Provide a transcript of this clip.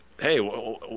hey